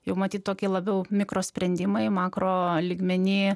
jau matyt tokie labiau mikro sprendimai makro lygmeny